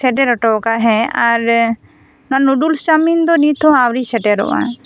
ᱥᱮᱴᱮᱨ ᱚᱴᱚᱣᱠᱟᱫᱟᱭ ᱟᱨ ᱦᱮᱸ ᱟᱨ ᱱᱚᱣᱟ ᱱᱩᱰᱩᱞᱥ ᱪᱟᱣᱢᱤᱱ ᱫᱚ ᱱᱤᱛ ᱦᱚᱸ ᱟᱹᱣᱨᱤ ᱥᱮᱴᱮᱨᱚᱜ ᱟ